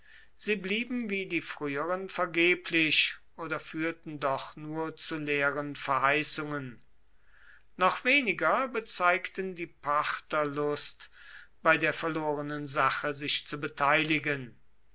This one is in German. sie blieben wie die früheren vergeblich oder führten doch nur zu leeren verheißungen noch weniger bezeigten die parther lust bei der verlorenen sache sich zu beteiligen